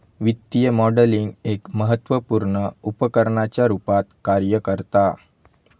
वित्तीय मॉडलिंग एक महत्त्वपुर्ण उपकरणाच्या रुपात कार्य करता